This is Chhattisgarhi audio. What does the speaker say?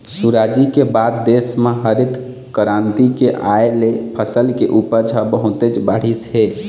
सुराजी के बाद देश म हरित करांति के आए ले फसल के उपज ह बहुतेच बाढ़िस हे